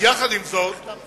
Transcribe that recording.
עם זאת, היום